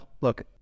look